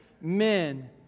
men